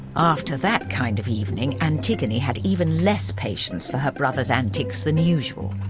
after that kind of evening, antigone had even less patience for her brother's antics than usual.